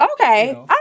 Okay